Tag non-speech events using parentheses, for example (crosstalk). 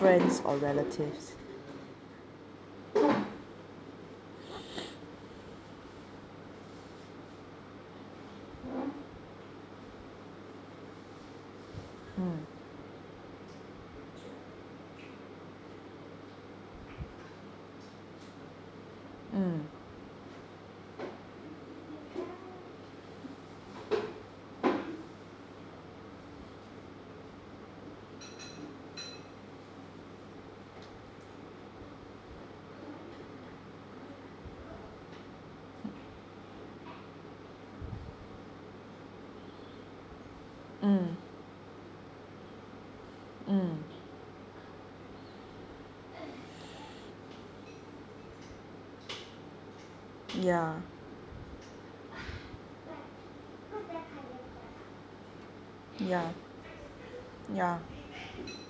friends or relatives (breath) mm mm mm mm ya ya ya